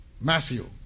Matthew